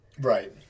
Right